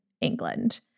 England